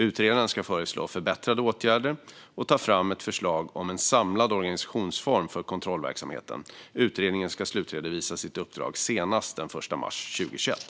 Utredaren ska föreslå förbättrande åtgärder och ta fram ett förslag om en samlad organisationsform för kontrollverksamheten. Utredningen ska slutredovisa sitt uppdrag senast den 1 mars 2021.